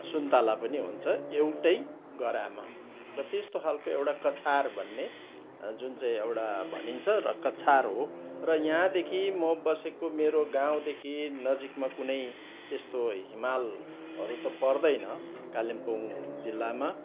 सुन्तला पनि हुन्छ एउटै गह्रामा र त्यस्तो खालको एउटा कछार भन्ने जुन चाहिँ एउटा भनिन्छ र कछार हो र यहाँदेखि म बसेको मेरो गाउँदेखि नजिकमा कुनै त्यस्तो हिमालहरू त पर्दैन कालिम्पोङ जिल्लामा